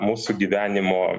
mūsų gyvenimo